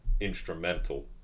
instrumental